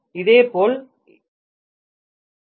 இதேபோல் இதுவும் இதுவும் ஒன்றாக